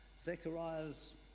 Zechariah's